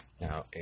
Now